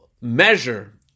measure